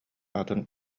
атын